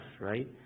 right